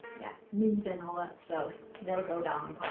yeah, meat and all that, so never go